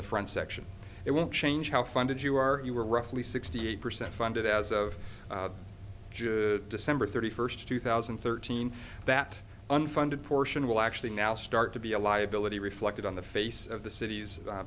the front section it won't change how funded you are you were roughly sixty eight percent funded as of june december thirty first two thousand and thirteen that unfunded portion will actually now start to be a liability reflected on the face of the cit